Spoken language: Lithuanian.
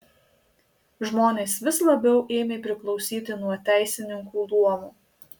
žmonės vis labiau ėmė priklausyti nuo teisininkų luomo